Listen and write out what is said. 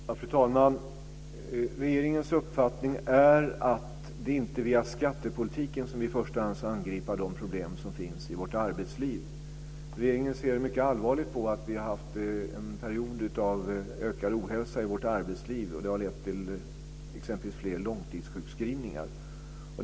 Fru talman! Regeringens uppfattning är att det inte är via skattepolitiken som vi i första hand ska angripa de problem som finns i vårt arbetsliv. Regeringen ser mycket allvarligt på att vi har haft en period av ökad ohälsa i arbetslivet som har lett till exempelvis fler långtidssjukskrivningar.